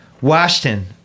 Washington